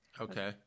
Okay